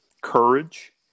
courage